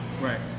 Right